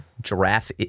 Giraffe